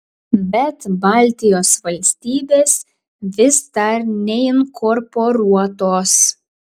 bet baltijos valstybės vis dar neinkorporuotos